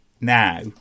now